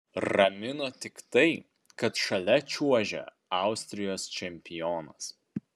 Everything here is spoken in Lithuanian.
ramino tik tai kad šalia čiuožė austrijos čempionas